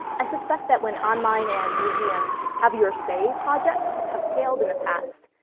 i suspect that when online and museum have your say projects have failed in the past,